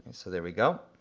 so there we go.